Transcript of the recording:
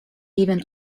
even